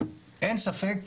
אין ספק,